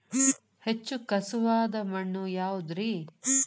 ಹೆಚ್ಚು ಖಸುವಾದ ಮಣ್ಣು ಯಾವುದು ರಿ?